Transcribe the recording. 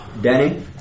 Denny